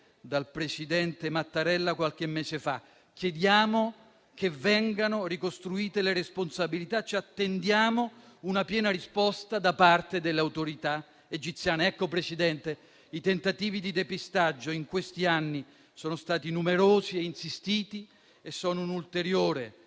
dal presidente Mattarella qualche mese fa: chiediamo che vengano ricostruite le responsabilità. Ci attendiamo una piena risposta da parte delle autorità egiziane. Signor Presidente, i tentativi di depistaggio in questi anni sono stati numerosi e insistiti e sono un ulteriore,